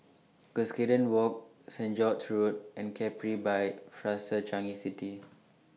Cuscaden Walk Saint George's Road and Capri By Fraser Changi City